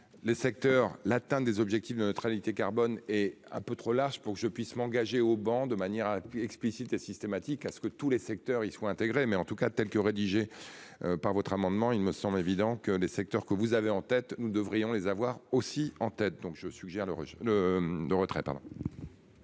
le secteur l'atteinte des objectifs de neutralité carbone est un peu trop large pour que je puisse m'engager au banc de manière explicite et systématique à ce que tous les secteurs y soient intégrés, mais en tout cas telle que rédigée. Par votre amendement. Il me semble évident que les secteurs que vous avez en tête, nous devrions les avoir aussi en tête, donc je suggère le régime.